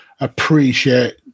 appreciate